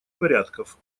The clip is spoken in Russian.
порядков